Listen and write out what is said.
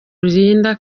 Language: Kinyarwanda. rurinda